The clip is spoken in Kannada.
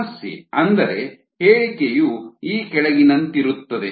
ಸಮಸ್ಯೆ ಅಂದರೆ ಹೇಳಿಕೆಯು ಈ ಕೆಳಗಿನಂತಿರುತ್ತದೆ